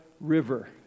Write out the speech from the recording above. River